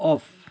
off